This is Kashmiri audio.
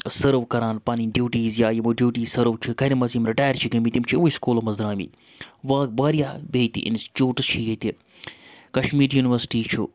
سٔرٕو کَران پَنٕنۍ ڈیوٹیٖز یا یِمو ڈییوٹیٖز سٔرٕو چھِ کَرِ منٛز یِم رِٹاییر چھِ گٔمٕتۍ یِم چھِوٕے سکوٗل مَنٛز درٛامٕتۍ واریاہ بیٚیہِ تہِ اِنسچوٗٹٕس چھِ ییٚتہِ کَشمیٖر یوٗنیورسٹی چھُ